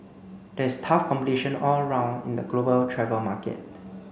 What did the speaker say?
there is tough competition all round in the global travel market